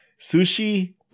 Sushi